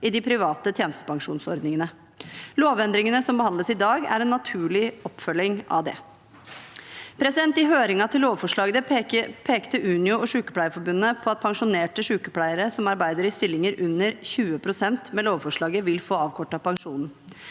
i de private tjenestepensjonsordningene. Lovendringene som behandles i dag, er en naturlig oppfølging av det. I høringen til lovforslaget pekte Unio og Sykepleierforbundet på at pensjonerte sykepleiere som arbeider i stillinger under 20 pst., med lovforslaget vil få avkortet pensjonen.